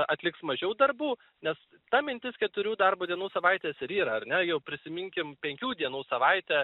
atliks mažiau darbų nes ta mintis keturių darbo dienų savaitės ir yra ar ne jau prisiminkim penkių dienų savaitę